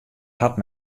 hat